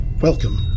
Welcome